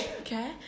Okay